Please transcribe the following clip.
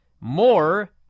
more